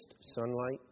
sunlight